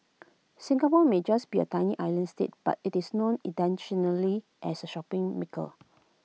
Singapore may just be A tiny island state but IT is known internationally as A shopping mecca